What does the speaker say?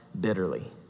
bitterly